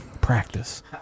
Practice